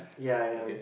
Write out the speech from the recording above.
ya I am